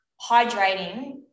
hydrating